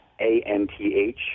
A-N-T-H